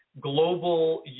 global